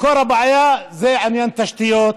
מקור הבעיה זה עניין תשתיות,